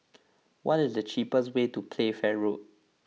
what is the cheapest way to Playfair Road